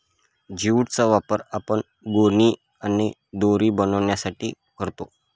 jute चा वापर आपण गोणी आणि दोरी बनवण्यासाठी करतो